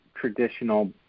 traditional